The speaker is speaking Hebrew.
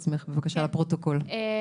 אצלנו ברבות השנים הצטברו סדר גודל של 30 מנוחים,